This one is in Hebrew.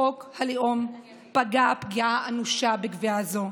חוק הלאום פגע פגיעה אנושה בקביעה זו.